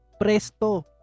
Presto